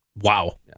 Wow